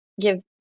give